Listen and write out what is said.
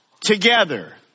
together